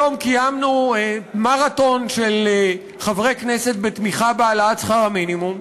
היום קיימנו מרתון של חברי כנסת בתמיכה בהעלאת שכר המינימום,